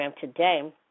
today